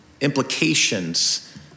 implications